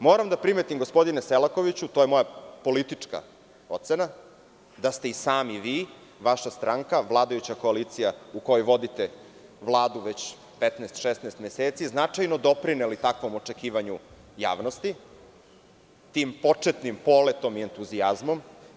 Moram da primetim, gospodine Selakoviću, to je moja politička ocena, da ste i sami vi, vaša stranka, vladajuća koalicija u kojoj vodite Vladu već 15, 16 meseci, značajno doprineli takvom očekivanju javnosti, tim početnim poletom i entuzijazmom.